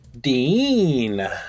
Dean